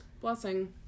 blessing